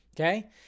Okay